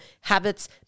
habits